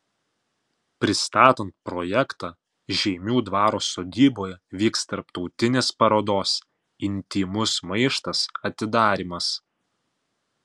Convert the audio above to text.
pristatant projektą žeimių dvaro sodyboje vyks tarptautinės parodos intymus maištas atidarymas